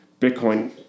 Bitcoin